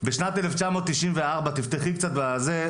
בשנת 1994 תפתחי קצת בזה,